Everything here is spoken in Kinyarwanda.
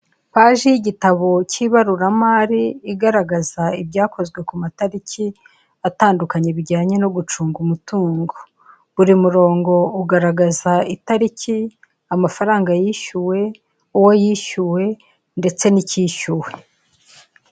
Paji y'igitabo cy'ibaruramari igaragaza ibyakozwe ku matariki atandukanye, bijyanye no gucunga umutungo buri murongo ugaragaza itariki amafaranga yishyuwe uwo yishyuwe ndetse n'icyishyuwe.